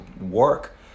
work